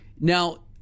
now